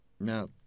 Now